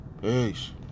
Peace